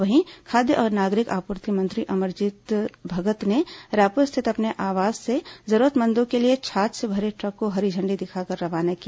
वहीं खाद्य और नागरिक आपूर्ति मंत्री अमरजीत भगत ने रायपुर स्थित अपने आवास से जरूरतमंदों के लिए छाछ से भरे ट्रक को हरी झण्डी दिखाकर रवाना किया